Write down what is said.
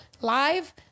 live